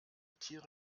tiere